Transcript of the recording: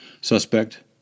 Suspect